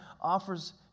offers